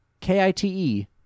K-I-T-E